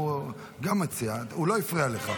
גם הוא מציע והוא לא הפריע לך.